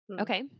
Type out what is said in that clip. Okay